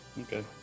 Okay